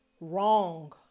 wrong